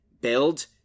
build